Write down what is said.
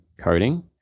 coding